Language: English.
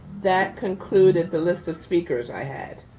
that concluded the list of speakers i had.